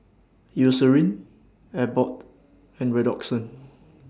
Eucerin Abbott and Redoxon